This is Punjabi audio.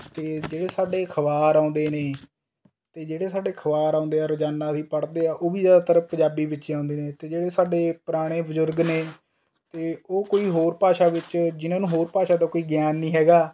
ਅਤੇ ਜਿਹੜੇ ਸਾਡੇ ਅਖਬਾਰ ਆਉਂਦੇ ਨੇ ਅਤੇ ਜਿਹੜੇ ਸਾਡੇ ਅਖਬਾਰ ਆਉਂਦੇ ਹੈ ਰੋਜ਼ਾਨਾ ਅਸੀਂ ਪੜ੍ਹਦੇ ਹਾਂ ਉਹ ਵੀ ਜ਼ਿਆਦਾਤਰ ਪੰਜਾਬੀ ਵਿੱਚ ਹੀ ਆਉਂਦੇ ਨੇ ਅਤੇ ਜਿਹੜੇ ਸਾਡੇ ਪੁਰਾਣੇ ਬਜ਼ੁਰਗ ਨੇ ਅਤੇ ਉਹ ਕੋਈ ਹੋਰ ਭਾਸ਼ਾ ਵਿੱਚ ਜਿਨ੍ਹਾਂ ਨੂੰ ਹੋਰ ਭਾਸ਼ਾ ਦਾ ਕੋਈ ਗਿਆਨ ਨਹੀਂ ਹੈਗਾ